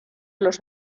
los